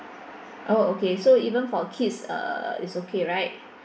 oh okay so even for kids uh it's okay right